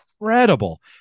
incredible